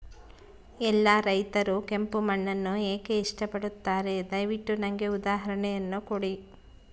ಎಲ್ಲಾ ರೈತರು ಕೆಂಪು ಮಣ್ಣನ್ನು ಏಕೆ ಇಷ್ಟಪಡುತ್ತಾರೆ ದಯವಿಟ್ಟು ನನಗೆ ಉದಾಹರಣೆಯನ್ನ ಕೊಡಿ?